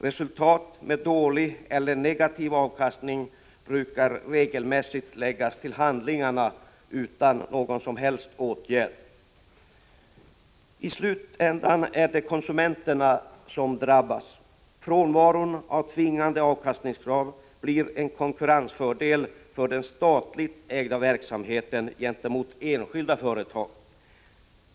Resultat med dålig eller negativ avkastning brukar regelmässigt läggas till handlingarna utan någon som helst åtgärd. I slutändan är det konsumenterna som drabbas. Frånvaron av tvingande avkastningskrav blir en konkurrensfördel för den statligt ägda verksamheten gentemot enskilda företag.